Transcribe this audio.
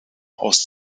aus